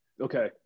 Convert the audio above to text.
Okay